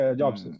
jobs